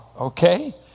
okay